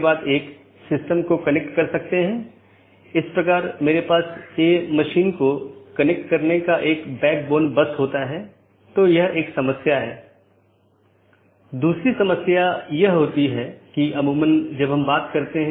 इसलिए इस पर प्रतिबंध हो सकता है कि प्रत्येक AS किस प्रकार का होना चाहिए जिसे आप ट्रैफ़िक को स्थानांतरित करने की अनुमति देते हैं